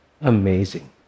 Amazing